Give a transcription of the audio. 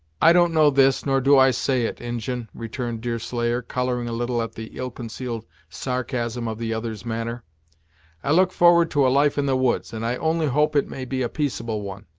i don't know this, nor do i say it, injin, returned deerslayer, coloring a little at the ill-concealed sarcasm of the other's manner i look forward to a life in the woods, and i only hope it may be a peaceable one.